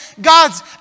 God's